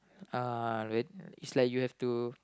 uh red it's like you have to